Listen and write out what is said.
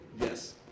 Yes